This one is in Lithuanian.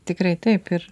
tikrai taip ir